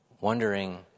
wondering